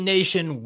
Nation